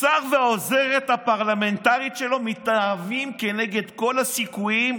שר והעוזרת הפרלמנטרית שלו מתאהבים כנגד כל הסיכויים,